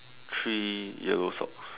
three yellow socks